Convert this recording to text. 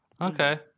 okay